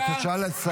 בבקשה לסיים.